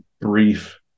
brief